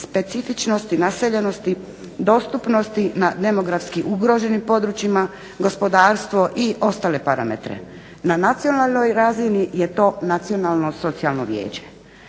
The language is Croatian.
specifičnosti naseljenosti, dostupnosti na demografski ugroženim područjima, gospodarstvo i ostale parametre. Na nacionalnoj razini je to nacionalno socijalno vijeće.